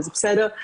אז בסדר,